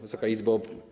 Wysoka Izbo!